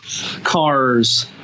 cars